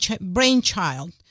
brainchild